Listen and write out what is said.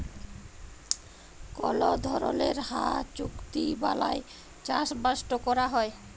call ধরলের হাঁ চুক্তি বালায় চাষবাসট ক্যরা হ্যয়